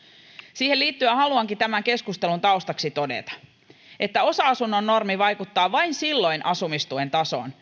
siihen liittyen haluankin tämän keskustelun taustaksi todeta että osa asunnon normi vaikuttaa asumistuen tasoon